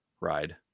ride